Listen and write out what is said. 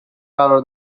قرار